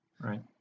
Right